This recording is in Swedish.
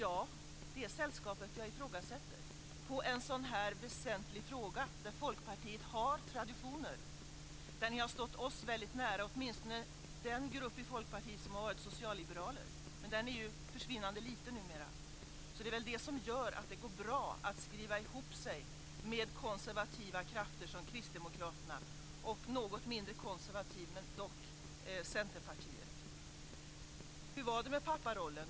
Ja, det är sällskapet jag ifrågasätter i en så väsentlig fråga där Folkpartiet har traditioner och har stått oss väldigt nära, åtminstone den grupp i Folkpartiet som har varit socialliberaler. Men den är ju försvinnande liten numera, så det är väl det som gör att det går bra att skriva ihop sig med konservativa krafter som Kristdemokraterna och det något mindre konservativa, men dock, Centerpartiet. Hur var det med papparollen?